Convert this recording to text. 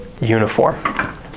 Uniform